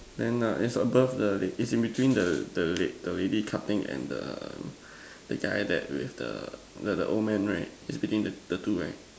then err it's above the it's in between the the lad the lady cutting and the the guy that with the the the old man right it's between the the two right